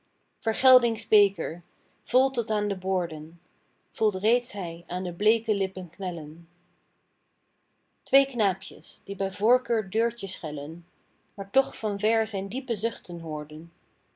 vergeldings beker vol tot aan de boorden voelt reeds hij aan de bleeke lippen knellen twee knaapjes die bij voorkeur deurtje schellen maar toch van ver zijn diepe zuchten hoorden